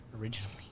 originally